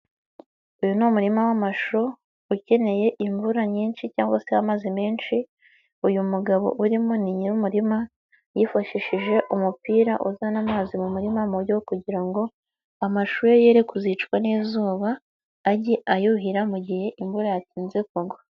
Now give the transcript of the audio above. Uyu ni umurima w'amashushu, ukeneye imvura nyinshi cyangwa se amazi menshi, uyu mugabo urimo ni nyirumurima, yifashishije umupira uzana amazi mu murima mu buryo bwo kugira ngo amashu ye yere kuzicwa n'izuba, ajye ayuhira mu gihe imvura yatinze kugwa.